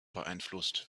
beeinflusst